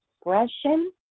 expression